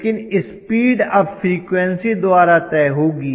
लेकिन स्पीड अब फ्रीक्वेंसी द्वारा तय होगी